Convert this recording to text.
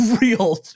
real